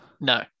No